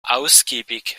ausgiebig